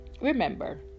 Remember